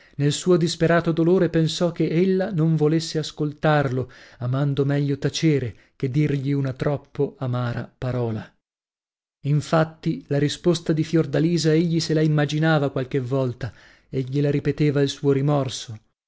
nel suo disperato dolore pensò che ella non volesse ascoltarlo amando meglio tacere che dirgli una troppo amara parola infatti la risposta di fiordalisa egli se la immaginava qualche volta e gliela ripeteva il suo rimorso